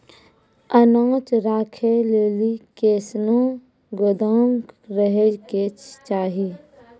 अनाज राखै लेली कैसनौ गोदाम रहै के चाही?